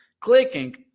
clicking